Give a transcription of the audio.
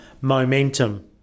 momentum